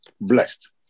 blessed